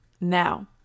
Now